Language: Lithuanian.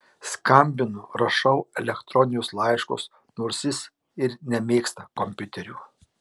skambinu rašau elektroninius laiškus nors jis ir nemėgsta kompiuterių